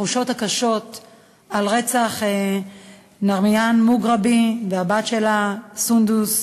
התחושות הקשות על רצח נארימאן מוגרבי והבת שלה סונדוס שמרוך,